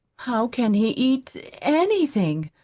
how can he eat anything?